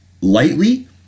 lightly